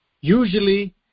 Usually